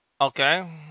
Okay